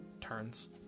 turns